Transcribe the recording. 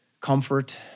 comfort